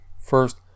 first